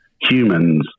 humans